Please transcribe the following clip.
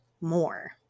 more